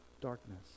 darkness